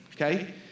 okay